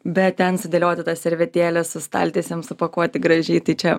bet ten sudėlioti tas servetėles su staltiesėm supakuoti gražiai tai čia